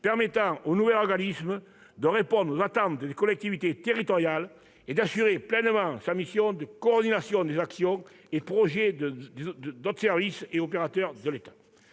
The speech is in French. permettant au nouvel organisme de répondre aux attentes des collectivités territoriales et d'assurer pleinement sa mission de coordination des actions et projets des autres services et opérateurs de l'État.